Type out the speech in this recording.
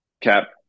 cap